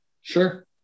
Sure